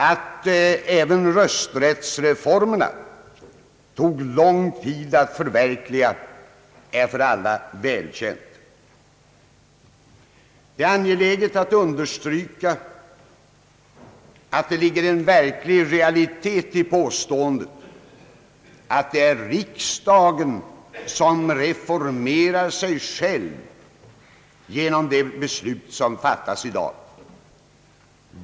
Att även rösträttsreformerna tog lång tid att förverkliga är för alla välkänt. Det är angeläget understryka att det ligger en verklig realitet i påståendet att det är riksdagen som reformerar sig själv genom det beslut som fattas i dag.